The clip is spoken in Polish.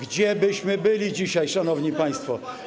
Gdzie byśmy byli dzisiaj, szanowni państwo?